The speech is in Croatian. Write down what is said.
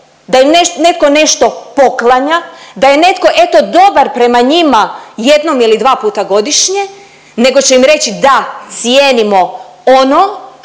da im netko nešto poklanja, da je netko eto dobar prema njima jednom ili dva puta godišnje nego će im reći da cijenimo ono